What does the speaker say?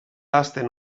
ahazten